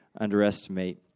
underestimate